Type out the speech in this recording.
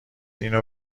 اینو